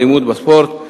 אלימות בספורט.